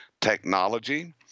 technology